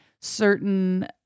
certain